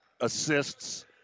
assists